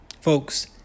Folks